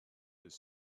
his